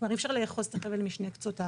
כלומר, אי-אפשר לאחוז את החבל משני קצותיו.